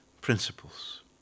principles